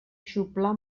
xuplar